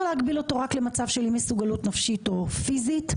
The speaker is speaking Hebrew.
להגביל אותו רק למצב של אי מסוגלות נפשית או פיזית.